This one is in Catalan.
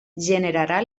generarà